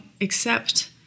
accept